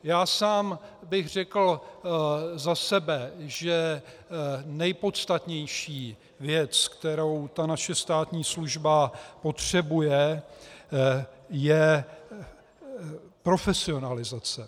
Já sám bych za sebe řekl, že nejpodstatnější věc, kterou naše státní služba potřebuje, je profesionalizace.